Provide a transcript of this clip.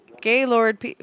Gaylord